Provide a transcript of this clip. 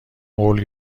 قول